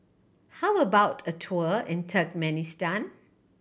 how about a tour in Turkmenistan